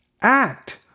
act